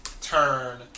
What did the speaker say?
turn